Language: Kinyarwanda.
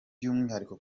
by’umwihariko